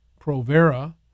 provera